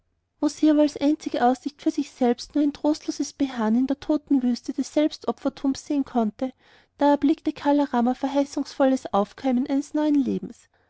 sie aber als einzige aussicht für sich selbst nur noch ein trostloses beharren in der toten wüste des selbstopfertums sehen konnte da erblickte kala rama verheißungsvolles aufkeimen eines neuen lebens